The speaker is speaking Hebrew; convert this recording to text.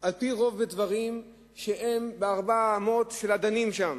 על-פי רוב בדברים שהם בארבע האמות של הדנים שם.